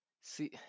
See